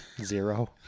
zero